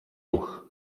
ruch